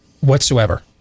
whatsoever